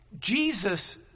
jesus